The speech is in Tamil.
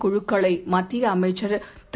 குழுக்களை மத்திய அமைச்சர் திரு